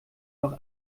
noch